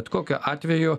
bet kokiu atveju